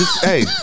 Hey